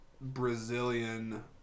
Brazilian